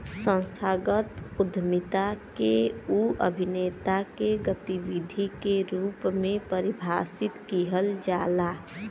संस्थागत उद्यमिता के उ अभिनेता के गतिविधि के रूप में परिभाषित किहल जाला